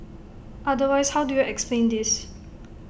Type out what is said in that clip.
otherwise how do you explain this